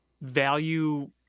value